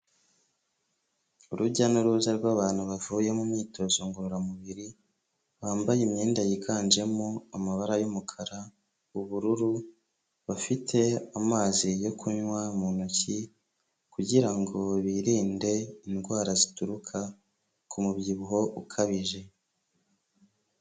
Urujya n'uruza rw'abantu bavuye mu myitozo ngororamubiri bambaye imyenda yiganjemo amabara y'umukara ,ubururu bafite amazi yo kunywa mu ntoki kugira ngo birinde indwara zituruka ku mubyibuho ukabije.